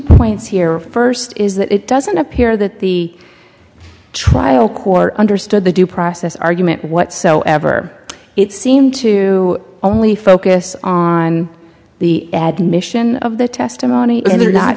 points here first is that it doesn't appear that the trial court understood the due process argument whatsoever it seemed to only focus on the admission of the testimony and